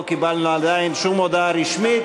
לא קיבלנו עדיין שום הודעה רשמית,